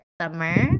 summer